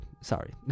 sorry